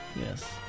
Yes